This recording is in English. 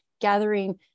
gathering